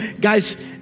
guys